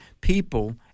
people